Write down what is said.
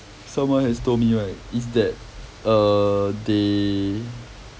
someone has told me right is that err they